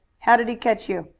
how did he catch you?